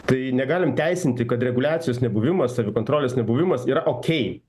tai negalim teisinti kad reguliacijos nebuvimas savikontrolės nebuvimas yra okei